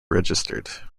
registered